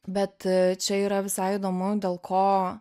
bet čia yra visai įdomu dėl ko